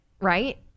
right